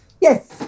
Yes